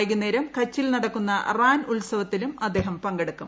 വൈകുന്നേരം കച്ചിൽ നടക്കുന്ന റാൻ ഉത്സവത്തിലും അദ്ദേഹം പങ്കെടുക്കും